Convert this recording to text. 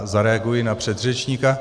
Zareaguji na předřečníka.